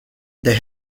they